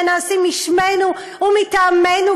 שנעשות בשמנו ומטעמנו,